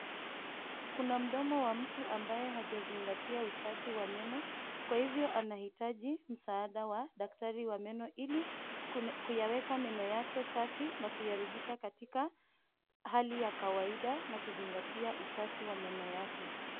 Kuna mdomo wa mtu ambaye hajazingatia usafi wa meno, kwa hivyo anahitaji msaada wa daktari wa meno, ili kuyaweka meno yake safi, na kuyarudisha katika hali ya kawaida na kuzingatia usafi wa meno yake.